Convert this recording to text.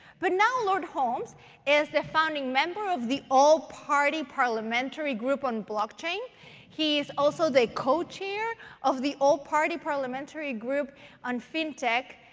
but now lord holmes is a founding member of the all-party parliamentary group on blockchain. he is also the co-chair of the all-party parliamentary group on fin tech.